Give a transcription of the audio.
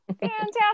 fantastic